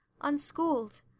unschooled